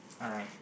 alright